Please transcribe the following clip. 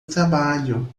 trabalho